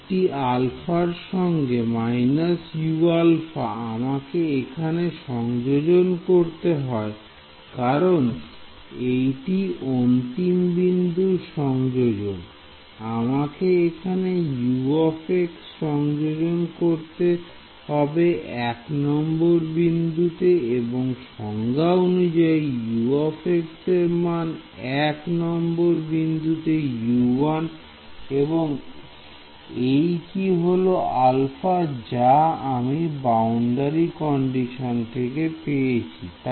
U1 একটি α র সঙ্গে − αU আমাকে এখানে সংযোজন করতে হয় কারণ এইটি অন্তিম বিন্দুর সংযোজন আমাকে এখানে U সংযোজন করতে হবে 1 নম্বর বিন্দুতে এবং সংজ্ঞা অনুযায়ী U এর মান 1 নম্বর বিন্দুতে U1 এবং এই কি হলো α যা আমি বাউন্ডারি কন্ডিশন থেকে পেয়েছি